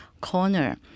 corner